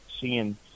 seeing